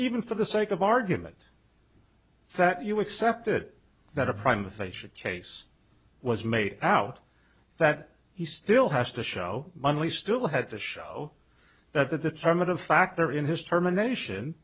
even for the sake of argument that you accepted that a prime of a should chase was made out that he still has to show munley still had to show that the determining factor in his termination